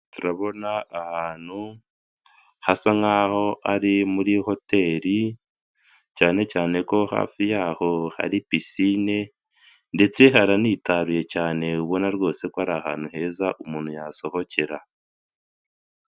Turabona ahantu hasa nk'aho ari muri hoteli cyane cyane ko hafi yaho hari pisine, ndetse haranitaruye cyane ubona rwose ko ari ahantu heza umuntu yasohokera.